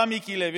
בא מיקי לוי,